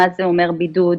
מה זה אומר בידוד,